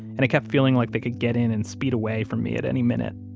and i kept feeling like they could get in and speed away from me at any minute.